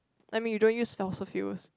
I mean you don't use fossil fuels